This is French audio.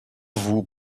vous